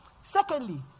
Secondly